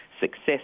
success